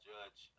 Judge